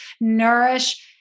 nourish